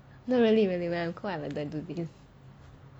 no really really when I cold I will then do this